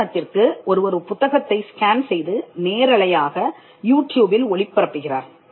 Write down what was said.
உதாரணத்திற்கு ஒருவர் ஒரு புத்தகத்தை ஸ்கேன் செய்து நேரலையாக யூடியூபில் ஒளி பரப்புகிறார்